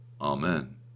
Amen